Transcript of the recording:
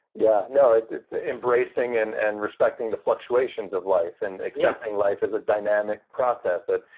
yeah, no, it's it's ah embracing and and respecting the fluctuations of life and accepting life as a dynamic process that.